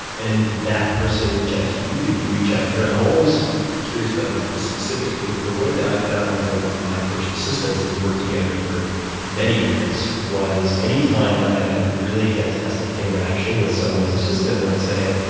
and did that person reach out to you? did you reach out to her? i'm always curious about the the specifics because the way that i found one of my first assistants and we worked together for many years was anytime i had a really fantastic interaction with someone's assistant, i would say,